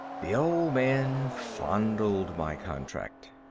the old man fondled my contract.